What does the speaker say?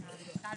בשעה